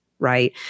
Right